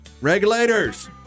Regulators